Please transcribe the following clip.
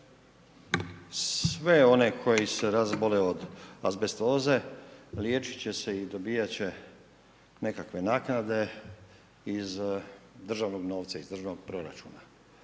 Sve one koji se razbole od azbestoze, liječit će se i dobijat će nekakve naknade iz državnog novca iz državnog proračuna.